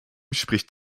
spricht